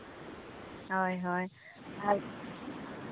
ᱦᱳᱭ ᱦᱳᱭ ᱟᱨ